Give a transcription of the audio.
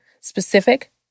specific